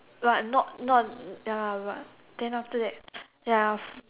but not not ya but then after that ya f~